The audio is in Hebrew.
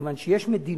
משום שיש מדיניות,